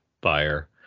buyer